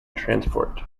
transport